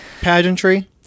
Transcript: Pageantry